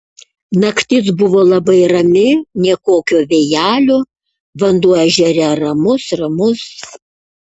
naktis buvo labai rami nė kokio vėjelio vanduo ežere ramus ramus